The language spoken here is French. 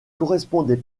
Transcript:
correspondait